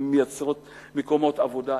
הן מייצרות מקומות עבודה?